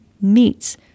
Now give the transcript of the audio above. meets